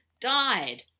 died